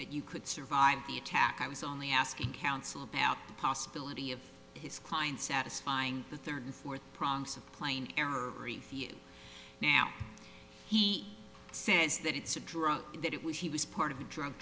you could survive the attack i was only asking counsel about the possibility of his client satisfying the third and fourth promise of playing now he says that it's a drug that it was he was part of a drug